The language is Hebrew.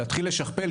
להתחיל לשכפל,